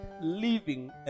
living